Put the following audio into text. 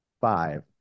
five